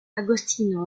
agostino